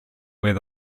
where